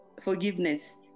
forgiveness